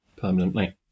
permanently